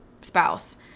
spouse